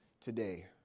today